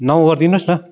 नौ गरिदिनुहोस् न